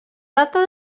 data